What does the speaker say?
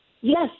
yes